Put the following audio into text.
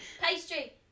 Pastry